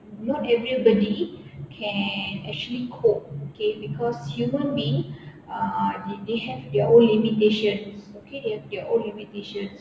not everybody can actually cope okay cause human being ah they they have their own limitations okay their their own limitations